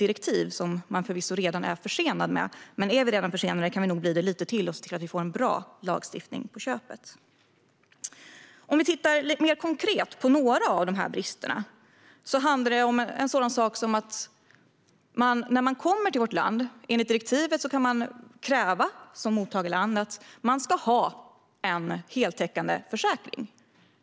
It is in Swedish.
Förvisso är vi försenade med att följa direktivet, men är vi redan försenade kan vi nog bli lite försenade till och se till att vi får en bra lagstiftning på köpet. Vi kan titta mer konkret på några av de här bristerna. Det handlar om en sådan sak som att mottagarlandet enligt direktivet kan kräva att den som kommer till landet ska ha en heltäckande försäkring.